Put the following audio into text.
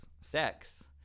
sex